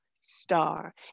star